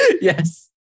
Yes